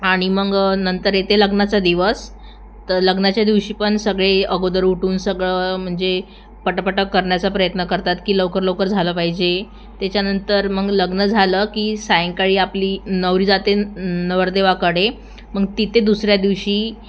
आणि मग नंतर येते लग्नाचा दिवस तर लग्नाच्या दिवशी पण सगळे अगोदर उठून सगळं म्हणजे पटापटा करण्याचा प्रयत्न करतात की लवकर लवकर झालं पाहिजे त्याच्यानंतर मग लग्न झालं की सायंकाळी आपली नवरी जाते नवरदेवाकडे मग तिथे दुसऱ्या दिवशी